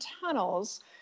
tunnels